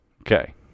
Okay